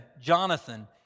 Jonathan